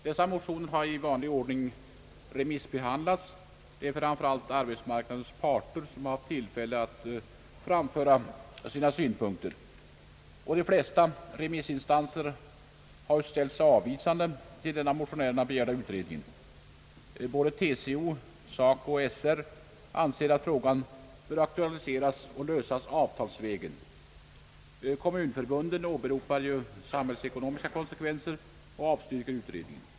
Dessa motioner har i vanlig ordning remissbehandlats, och därvid har framför allt arbetsmarknadens parter haft tillfälle att framföra sina synpunkter. De flesta remissinstanserna har ställt sig avvisande till den av motionärerna begärda utredningen. TCO, SACO och SR anser att frågan bör aktualiseras och lösas avtalsvägen. Kommunförbunden åberopar samhällsekonomiska konsekvenser och avstyrker utredningen.